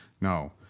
no